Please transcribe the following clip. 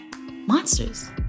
monsters